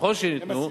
ככל שניתנו,